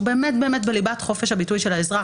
שהוא באמת בליבת חופש הביטוי של האזרח.